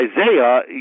Isaiah